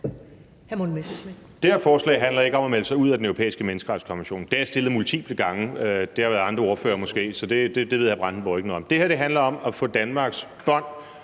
Det her forslag handler ikke om at melde sig ud af Den Europæiske Menneskerettighedskonvention. Det forslag har jeg stillet multiple gange, men der har måske været andre ordførere på det, så det ved hr. Bjørn Brandenborg ikke noget om. Det her handler om at få Danmarks bånd,